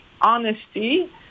honesty